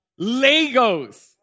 Legos